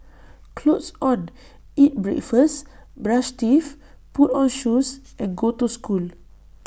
clothes on eat breakfast brush teeth put on shoes and go to school